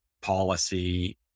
policy